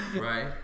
Right